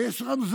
הרי יש רמזור,